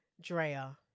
Drea